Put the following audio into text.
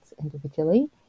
individually